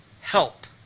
help